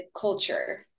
culture